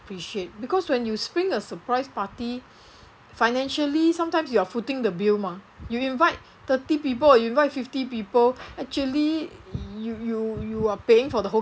appreciate because when you spring a surprise party financially sometimes you are footing the bill mah you invite thirty people or you invite fifty people actually you you you are paying for the whole